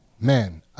Man